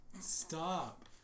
Stop